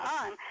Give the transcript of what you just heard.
on